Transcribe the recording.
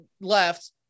left